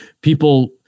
People